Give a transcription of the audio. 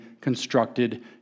constructed